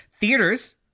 Theaters